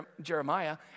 Jeremiah